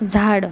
झाड